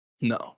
no